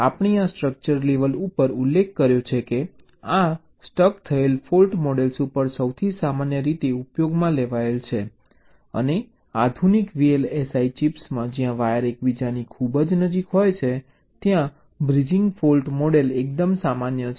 આપણે આ structure level ઉપર ઉલ્લેખ કર્યો છે કે આ સ્ટક થયેલ ફૉલ્ટ મૉડલ્સ ઉપર સૌથી સામાન્ય રીતે ઉપયોગમાં લેવાય છે અને આધુનિક VLSI ચિપ્સમાં જ્યાં વાયર એકબીજાની ખૂબ નજીક હોય છે ત્યાં બ્રિજિંગ ફોલ્ટ મૉડલ એકદમ સામાન્ય છે